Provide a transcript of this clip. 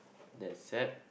that is sad